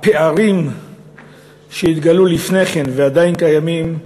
שהפערים שהתגלו לפני כן ועדיין קיימים הם,